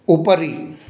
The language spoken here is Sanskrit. उपरि